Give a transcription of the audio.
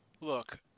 Look